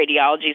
radiology